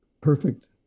perfect